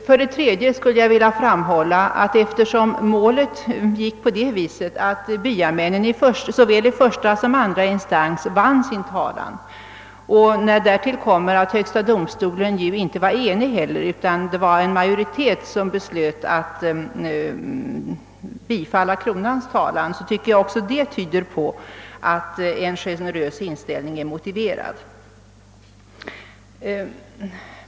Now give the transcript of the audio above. För det tredje vill jag framhålla att även det förhållandet, att byamännen såväl i första som andra instans vann sin talan och att därtill inte heller högsta domstolen var enig utan en majoritet inom denna fattade beslutet att bifalla kronans talan, tyder på att en generös inställning är motiverad.